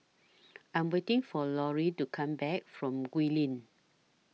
I'm waiting For Lori to Come Back from Gul LINK